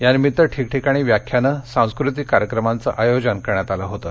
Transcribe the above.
यानिमित्त ठिकठिकाणी व्याख्यानं सांस्कृतिक कार्यक्रमांचं आयोजन करण्यात आलं होतं